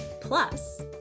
Plus